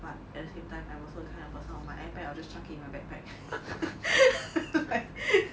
but at the same time I'm also the kind of person like my ipad I'll just chuck it in my backpack like